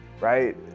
right